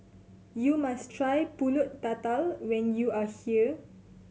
you must try Pulut Tatal when you are here